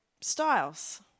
styles